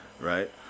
right